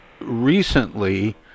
recently